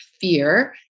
fear